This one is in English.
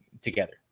together